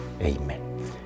Amen